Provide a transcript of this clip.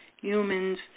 humans